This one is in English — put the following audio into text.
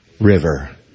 river